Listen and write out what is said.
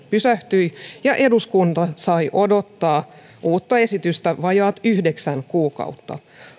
pysähtyi ja eduskunta sai odottaa uutta esitystä vajaat yhdeksän kuukautta